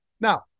Now